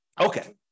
Okay